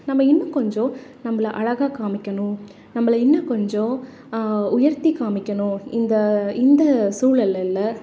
நம்ம இன்னும் கொஞ்சம் நம்மள அழகா காமிக்கணும் நம்மள இன்னும் கொஞ்சம் உயர்த்தி காமிக்கணும் இந்த இந்த சூழல்ல இல்லை